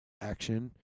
action